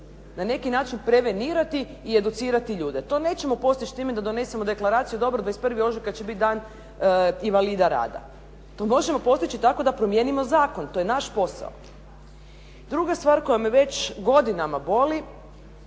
Na neki način prevenirati i educirati ljude. To nećemo postići time da donesemo deklaraciju. Dobro 21. ožujka će biti Dan invalida rada. To možemo postići tako da promijenimo zakon. To je naš posao. Druga stvar koja me već godinama boli,